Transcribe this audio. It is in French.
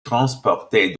transportés